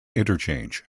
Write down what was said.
interchange